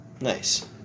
Nice